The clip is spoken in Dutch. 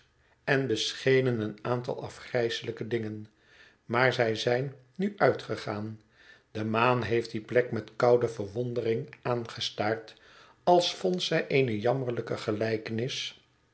en beschenen een aantal afgrijselijke dingen maar zij zijn nu uitgegaan de maan heeft die plek met koude verwondering aangestaard als vond zij eene jammerlijke gelijkenis